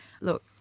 Look